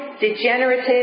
degenerative